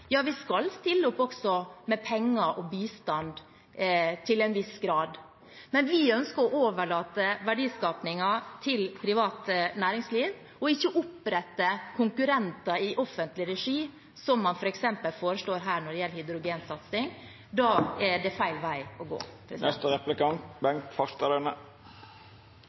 Ja, vi skal også stille opp med penger og bistand til en viss grad, men vi ønsker å overlate verdiskapingen til privat næringsliv og ikke opprette konkurrenter i offentlig regi, som man f.eks. foreslår her når det gjelder hydrogensatsing. Det er feil vei å gå.